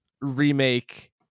remake